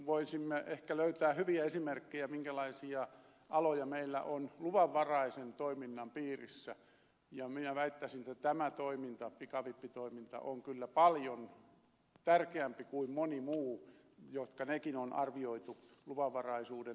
voisimme ehkä löytää hyviä esimerkkejä minkälaisia aloja meillä on luvanvaraisen toiminnan piirissä ja minä väittäisin että tämä toiminta pikavippitoiminta on kyllä paljon tärkeämpi kuin moni muu jotka nekin on arvioitu luvanvaraisuutta edellyttäviksi